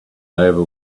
over